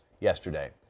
yesterday